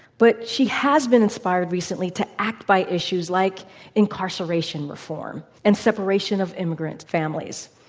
but she has been inspired recently to act by issues like incarceration reform and separation of immigrant families.